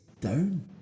Down